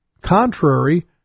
contrary